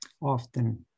often